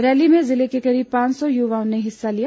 rally में जिले के करीब पांच सौ युवाओं ने हिस्सा लिया